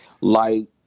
light